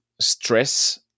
stress